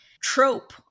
trope